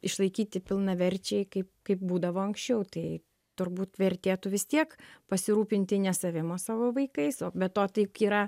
išlaikyti pilnaverčiai kaip kaip būdavo anksčiau tai turbūt vertėtų vis tiek pasirūpinti ne savim o savo vaikais o be to tai juk yra